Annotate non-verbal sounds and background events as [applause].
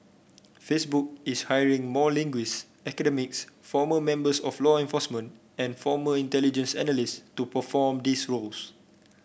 Facebook is hiring more linguist [unintelligible] former members of law enforcement and former intelligence analyst to perform these roles